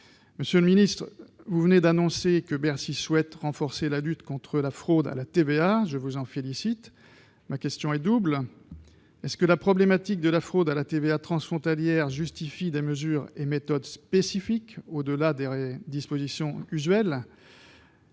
Monsieur le ministre, vous venez d'annoncer que Bercy souhaite renforcer la lutte contre la fraude à la TVA. Je vous en félicite. Ma question est double : la problématique de la fraude à la TVA transfrontalière justifie-t-elle des mesures et méthodes spécifiques, au-delà des dispositions usuelles ?